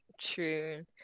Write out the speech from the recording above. True